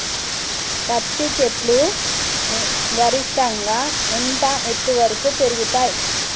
పత్తి చెట్లు గరిష్టంగా ఎంత ఎత్తు వరకు పెరుగుతయ్?